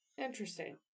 Interesting